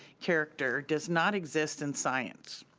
character, does not exist in science.